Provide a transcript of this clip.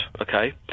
okay